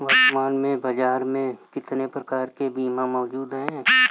वर्तमान में बाज़ार में कितने प्रकार के बीमा मौजूद हैं?